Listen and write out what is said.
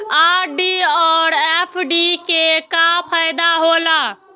RD और FD के का फायदा हौला?